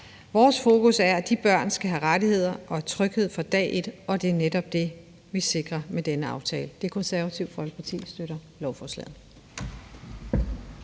Vores fokus er, at de børn skal have rettigheder og tryghed fra dag et, og det er netop det, vi sikrer med denne aftale. Det Konservative Folkeparti støtter lovforslaget.